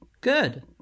Good